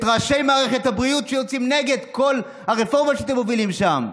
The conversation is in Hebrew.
את ראשי מערכת הבריאות שיוצאים נגד כל הרפורמה שאתם מובילים שם,